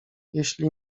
jeśli